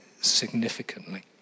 significantly